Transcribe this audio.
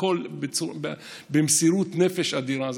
הכול במסירות נפש אדירה.